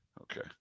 Okay